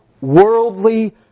worldly